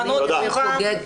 הבנות --- תודה.